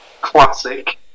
classic